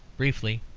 briefly,